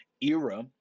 era